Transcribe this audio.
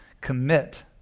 commit